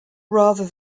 rather